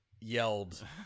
yelled